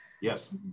Yes